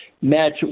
match